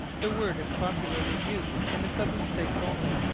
the word is popularly used in the southern states only,